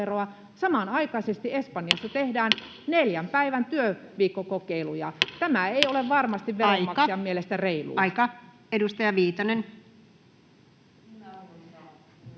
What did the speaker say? samanaikaisesti Espanjassa tehdään neljän päivän työviikkokokeiluja. [Puhemies: Aika] Tämä ei ole varmasti veronmaksajan mielestä reilua. [Speech